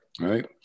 right